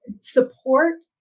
support